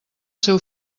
seu